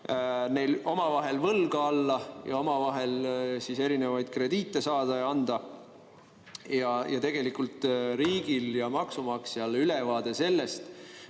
neil omavahel võlga alla ja omavahel erinevaid krediite saada ja anda. Tegelikult riigil ja maksumaksjal seda, kus